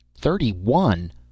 Thirty-one